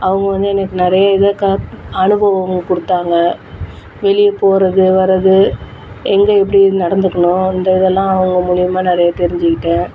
அவங்க வந்து எனக்கு நிறையா இதுவாக அனுபவமும் கொடுத்தாங்க வெளியே போகிறது வர்றது எங்கே எப்படி நடந்துக்கணும் இந்த இதெல்லாம் அவங்க மூலியமாக நிறைய தெரிஞ்சுக்கிட்டேன்